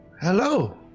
hello